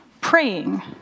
praying